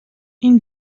این